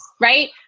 right